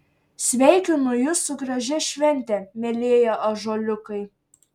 sveikinu jus su gražia švente mielieji ąžuoliukai